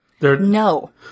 No